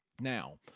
Now